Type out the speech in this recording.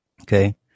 Okay